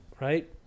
right